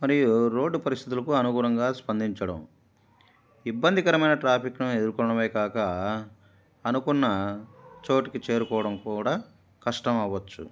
మరియు రోడ్డు పరిస్థితులకు అనుగుణంగా స్పందించడం ఇబ్బందికరమైన ట్రాఫిక్ను ఎదుర్కొనడమే కాక అనుకున్న చోటికి చేరుకోవడం కూడా కష్టం అవ్వచ్చు